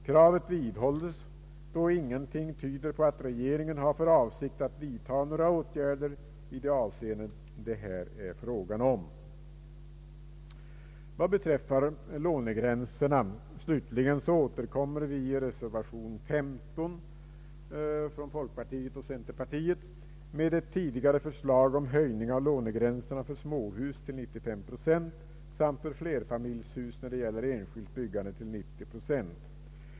Kravet vidhålles då ingenting tyder på att regeringen har för avsikt att vidta några åtgärder i de avseenden det här gäller. Vad beträffar lånegränserna återkommer vi i reservation 15 från folkpartiet och centerpartiet med ett tidigare förslag om höjning av lånegränserna för småhus till 95 procent samt för flerfamiljshus, när det gäller enskilt byggande, till 90 procent.